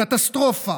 קטסטרופה,